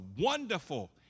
wonderful